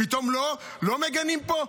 פתאום לא מגנים פה?